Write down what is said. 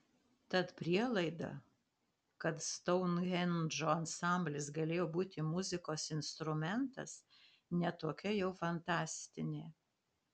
tad prielaida kad stounhendžo ansamblis galėjo būti muzikos instrumentas ne tokia jau fantastinė